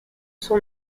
son